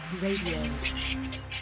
Radio